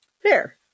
fair